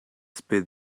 spit